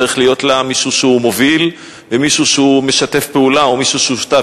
צריך להיות לה מישהו שמוביל ומישהו שהוא משתף פעולה או מישהו שהוא שותף.